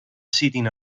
sitting